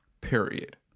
period